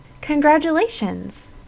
Congratulations